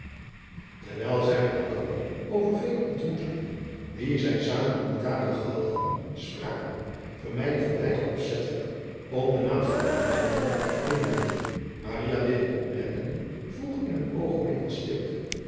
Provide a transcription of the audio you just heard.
erwijl zij met elkander over vele ontmoetingen die zij zamen in talie gehad hadden spraken vermijdde opzettelijk om den naam van te noemen dit opmerkende vroeg in een oogenblik van stilte